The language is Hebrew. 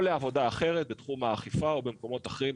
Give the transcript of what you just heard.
או לעבודה אחרת בתחום האכיפה או במקומות אחרים,